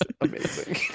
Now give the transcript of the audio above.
amazing